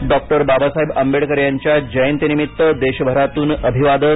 doctor Babasaheb Ambedkar यांच्या जयंतीनिमित्त देशभरातून अभिवादन